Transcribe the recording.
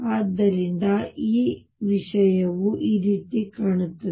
ಆದ್ದರಿಂದ ಈ ವಿಷಯವು ಈ ರೀತಿ ಕಾಣುತ್ತದೆ